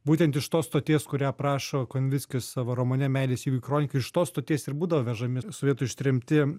būtent iš tos stoties kurią aprašo konvickis savo romane meilės įvykių kronika iš tos stoties ir būdavo vežami sovietų ištremti